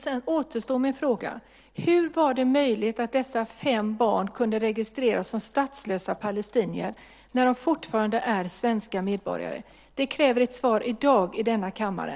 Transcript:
Sedan återstår min fråga: Hur var det möjligt att dessa fem barn kunde registreras som statslösa palestinier när de fortfarande är svenska medborgare? Det kräver ett svar i dag i denna kammare.